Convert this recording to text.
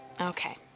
Okay